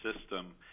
system